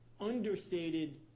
understated